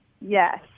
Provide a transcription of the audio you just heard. Yes